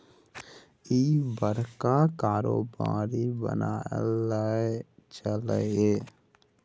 इह बड़का कारोबारी बनय लए चललै ये